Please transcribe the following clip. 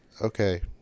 okay